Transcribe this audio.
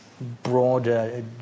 broader